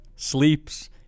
sleeps